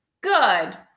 good